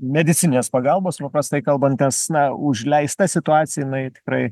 medicininės pagalbos paprastai kalbant nes na užleista situacija jinai tikrai kaip